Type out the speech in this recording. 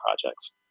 projects